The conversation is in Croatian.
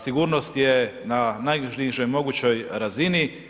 Sigurnost je na najnižem mogućoj razini.